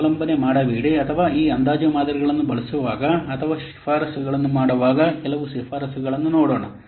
ಅವಲಂಬನೆ ಮಾಡಬೇಡಿ ಅಥವಾ ಈ ಅಂದಾಜು ಮಾದರಿಗಳನ್ನು ಬಳಸುವಾಗ ಅಥವಾ ಶಿಫಾರಸುಗಳನ್ನು ಮಾಡುವಾಗ ಕೆಲವು ಶಿಫಾರಸುಗಳನ್ನು ನೋಡೋಣ